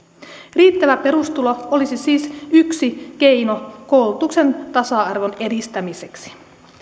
riittävä perustulo olisi siis yksi keino koulutuksen tasa arvon edistämiseksi